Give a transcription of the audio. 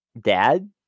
dad